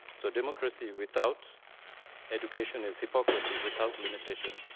so democracy without education is hypocrisy. without limitation.